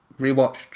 rewatched